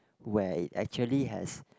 where it actually has